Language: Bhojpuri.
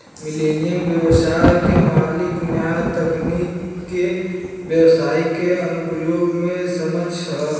मिलेनियल ब्यबसाय के मालिक न्या तकनीक के ब्यबसाई के अनुप्रयोग में सक्षम ह